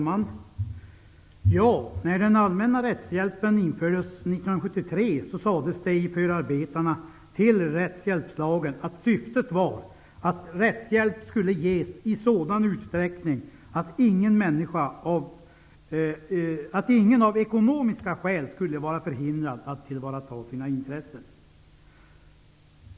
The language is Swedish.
Herr talman! När den allmänna rättshjälpen infördes 1973 sades det i förarbetena till rättshjälpslagen att syftet var att rättshjälp skulle ges i sådan utsträckning att ingen av ekonomiska skäl skulle vara förhindrad att tillvarata sina intressen.